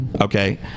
Okay